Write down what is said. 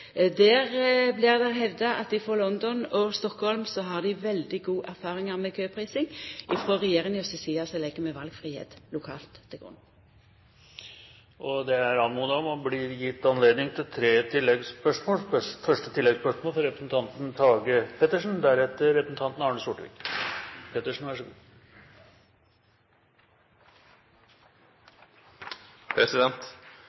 blir hevda at i London og Stockholm har ein veldig god erfaring med køprising. Frå regjeringa si side legg vi valfridom lokalt til grunn. Det er anmodet om at det blir gitt anledning til tre